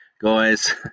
guys